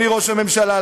אדוני ראש הממשלה,